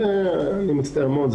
אני מצטער מאוד,